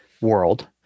world